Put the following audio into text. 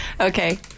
Okay